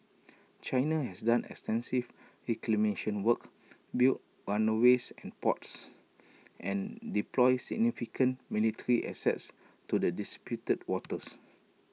China has done extensive reclamation work built run A ways and ports and deployed significant military assets to the disputed waters